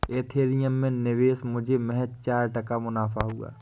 Ethereum में निवेश मुझे महज चार टका मुनाफा हुआ